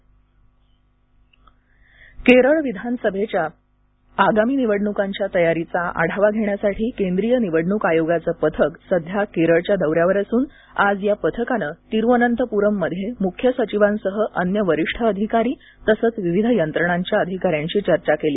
निवडण्क आयोग केरळ विधानसभेच्या आगामी निवडणुकांच्या तयारीचा आढावा घेण्यासाठी केंद्रीय निवडणूक आयोगाचं पथक सध्या केरळच्या दौऱ्यावर असून आज या पथकानं तिरूअनंतपुरममध्ये मुख्य सचिवांसह अन्य वरिष्ठ अधिकारी तसंच विविध यंत्रणांच्या अधिकाऱ्यांशी चर्चा केली